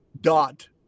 dot